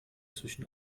zwischen